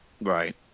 Right